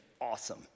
awesome